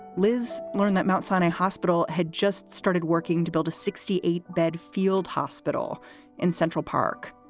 liz learned that mt. sinai hospital had just started working to build a sixty eight bed field hospital in central park.